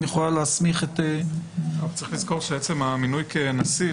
צריך לזכור שעצם המינוי כנשיא,